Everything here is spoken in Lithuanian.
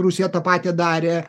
rusija tą patį darė